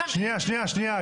שנייה, שנייה.